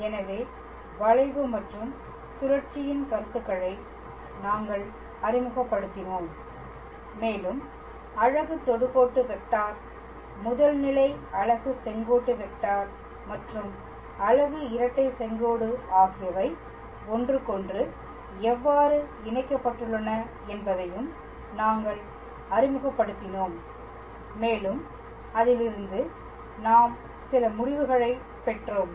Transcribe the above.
எனவே வளைவு மற்றும் சுழற்சியின் கருத்துக்களை நாங்கள் அறிமுகப்படுத்தினோம் மேலும் அலகு தொடுகோட்டு வெக்டார் முதல் நிலை அலகு செங்கோட்டு வெக்டார் மற்றும் அலகு இரட்டை செங்கோடு ஆகியவை ஒன்றுக்கொன்று எவ்வாறு இணைக்கப்பட்டுள்ளன என்பதையும் நாங்கள் அறிமுகப்படுத்தினோம் மேலும் அதிலிருந்து நாம் சில முடிவுகளைப் பெற்றோம்